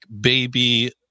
Baby